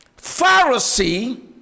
Pharisee